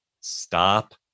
Stop